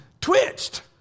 twitched